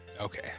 Okay